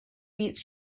beats